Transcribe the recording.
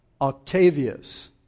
Octavius